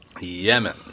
Yemen